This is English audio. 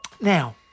Now